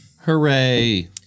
Hooray